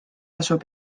asub